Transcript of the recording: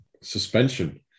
suspension